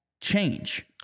change